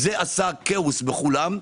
זה עשה כאוס בכולם,